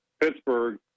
Pittsburgh